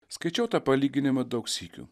skaičiau tą palyginimą daug sykių